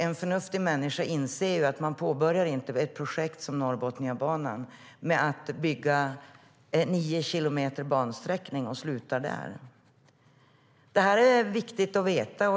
En förnuftig människa inser att man inte i ett projekt som Norrbotniabanan börjar med att bygga nio kilometer och sedan slutar där. Detta är viktigt att veta.